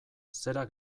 zera